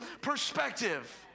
perspective